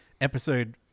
episode